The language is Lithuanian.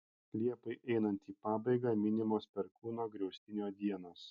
liepai einant į pabaigą minimos perkūno griaustinio dienos